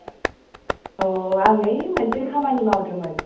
अह आं ओइ मोनसे खामानि मावदोंमोन